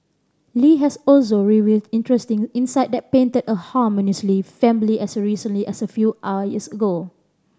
Li has also revealed interesting insight that painted a harmonious Lee family as recently as a few years ago